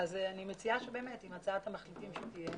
אני מציעה שעם הצעת המחליטים שתהיה,